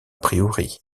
priori